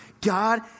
God